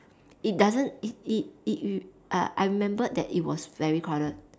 it doesn't it it it it uh I remembered that it was very crowded